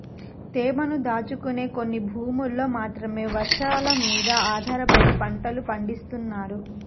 తేమను దాచుకునే కొన్ని భూముల్లో మాత్రమే వర్షాలమీద ఆధారపడి పంటలు పండిత్తన్నారు